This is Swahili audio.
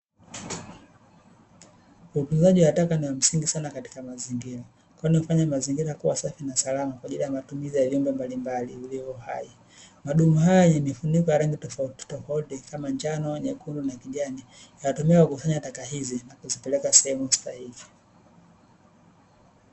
Utunzaji wa taka ni wa msingi sana katika mazingira, kwani hufanya mazingira kuwa safi na salama kwa ajili ya matumizi ya viumbe mbalimbali vilivyo hai. Madumu hayo yenye mifuniko ya rangi tofautitofauti kama: njano, nyekundu na kijani, yanatumika kukusanya taka hizi, kuzipeleka sehemu sahihi.